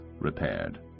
repaired